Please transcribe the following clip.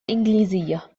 الإنجليزية